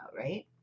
Right